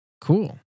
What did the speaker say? Cool